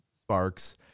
sparks